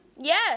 Yes